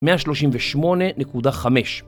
138.5